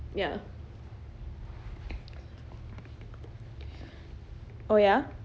ya oh ya